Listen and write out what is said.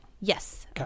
Yes